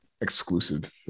exclusive